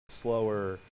slower